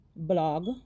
blog